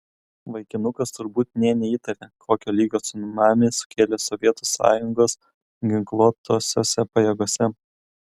vaikinukas turbūt nė neįtarė kokio lygio cunamį sukėlė sovietų sąjungos ginkluotosiose pajėgose